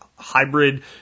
hybrid